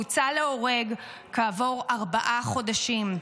והוצא להורג כעבור ארבעה חודשים.